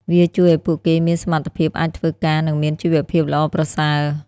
វាជួយឱ្យពួកគេមានសមត្ថភាពអាចធ្វើការនិងមានជីវភាពល្អប្រសើរ។